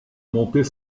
monter